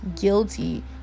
guilty